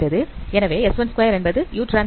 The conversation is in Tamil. எனவே s12 என்பது uTs1u